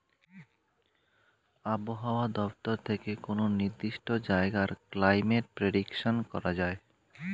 আবহাওয়া দপ্তর থেকে কোনো নির্দিষ্ট জায়গার ক্লাইমেট প্রেডিকশন করা যায়